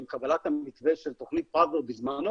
עם קבלת המתווה של תוכנית פראוור בזמנו,